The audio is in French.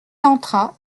entra